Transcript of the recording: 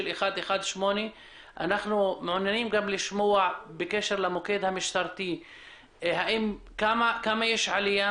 118. אנחנו מעוניינים לשמוע כמה עלייה